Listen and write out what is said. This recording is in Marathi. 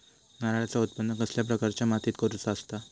नारळाचा उत्त्पन कसल्या प्रकारच्या मातीत करूचा असता?